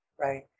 right